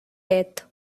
death